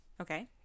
Okay